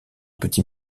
petit